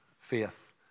faith